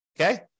Okay